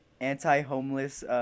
anti-homeless